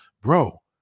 bro